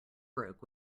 broke